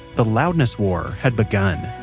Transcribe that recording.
the loudness war had begun